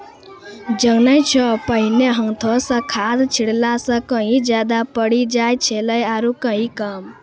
जानै छौ पहिने हाथों स खाद छिड़ला स कहीं ज्यादा पड़ी जाय छेलै आरो कहीं कम